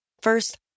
First